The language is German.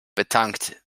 betankt